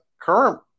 current